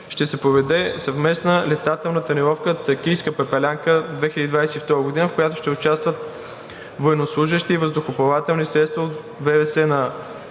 ще се проведе съвместна летателна тренировка „Тракийска пепелянка 2022“, в която ще участват военнослужещи и въздухоплавателни средства на ВВС на